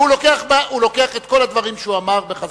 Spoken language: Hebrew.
והוא לוקח את כל מה שהוא אמר בחזרה.